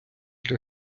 для